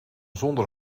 zonder